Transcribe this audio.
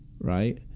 right